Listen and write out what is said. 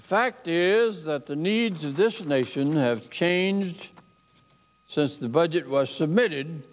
the fact is that the needs of this nation have changed since the budget was submitted